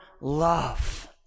love